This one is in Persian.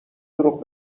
دروغ